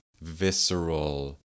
visceral